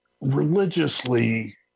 religiously